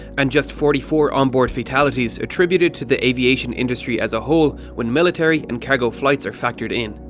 and just forty four onboard fatalities attributed to the aviation industry as a whole when military and cargo flights are factored in.